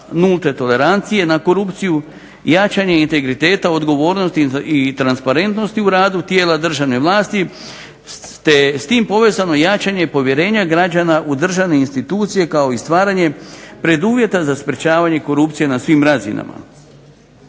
na korupciju, jačanje integriteta, odgovornosti i transparentnosti u radu tijela državne vlasti te s tim povezano jačanje povjerenja građana u državne institucije kao i stvaranje preduvjeta za sprečavanje korupcije na svim razinama.